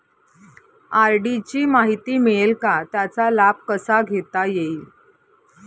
RD ची माहिती मिळेल का, त्याचा लाभ कसा घेता येईल?